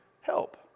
help